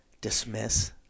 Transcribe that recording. dismiss